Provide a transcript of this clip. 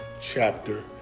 chapter